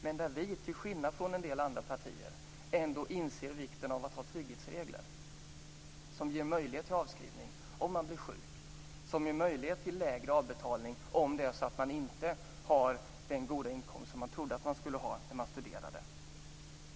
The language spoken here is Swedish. Socialdemokraterna, till skillnad från en del andra partier, inser vikten av att ha trygghetsregler som ger möjlighet till avskrivning om man blir sjuk och som ger möjlighet till lägre avbetalning om det är så att man inte har den goda inkomst man trodde att man skulle ha när man studerade.